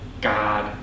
God